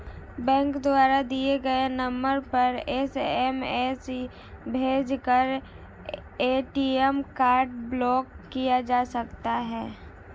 bank द्वारा दिए गए नंबर पर एस.एम.एस भेजकर ए.टी.एम कार्ड ब्लॉक किया जा सकता है